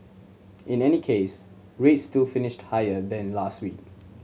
in any case rates still finished higher than last week